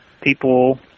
people